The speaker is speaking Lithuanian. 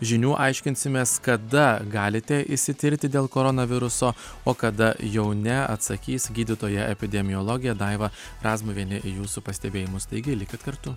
žinių aiškinsimės kada galite išsitirti dėl koronaviruso o kada jau ne atsakys gydytoja epidemiologė daiva razmuvienė į jūsų pastebėjimus taigi likit kartu